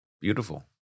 beautiful